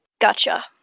Gotcha